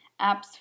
apps